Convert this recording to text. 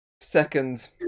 second